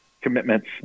commitments